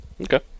Okay